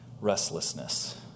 restlessness